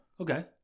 Okay